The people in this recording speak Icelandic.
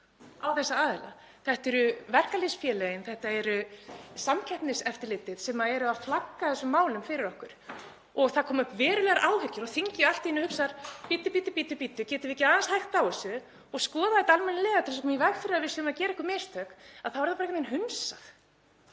á þessa aðila. Þetta eru verkalýðsfélögin, þetta er Samkeppniseftirlitið sem er að flagga þessum málum fyrir okkur og það koma upp verulegar áhyggjur og þingið allt í einu hugsar: Bíddu, bíddu, bíddu, getum við ekki aðeins hægt á þessu og skoðað þetta almennilega til að koma í veg fyrir að við séum að gera einhver mistök? En þá er það bara einhvern veginn hunsað.